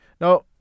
Now